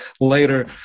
later